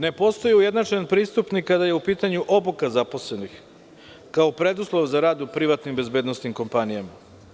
Ne postoji ujednačen pristup ni kada je u pitanju obuka zaposlenih kao preduslov za rad u privatnim bezbednosnim kompanijama.